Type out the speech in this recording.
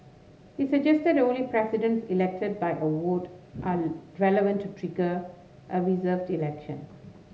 he suggested that only presidents elected by a would are relevant to trigger a reserved election